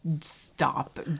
stop